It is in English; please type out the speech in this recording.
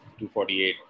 248